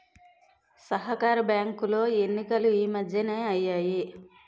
సహకార బ్యాంకులో ఎన్నికలు ఈ మధ్యనే అయ్యాయి